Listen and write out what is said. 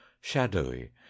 shadowy